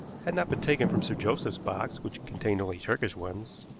had not been taken from sir joseph's box, which contained only turkish ones,